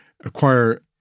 acquire